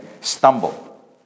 stumble